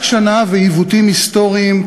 רק שנה ועיוותים היסטוריים,